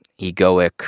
egoic